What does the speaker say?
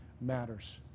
matters